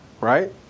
right